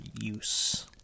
use